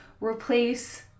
replace